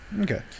Okay